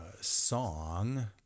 song